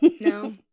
No